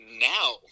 now